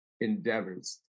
endeavors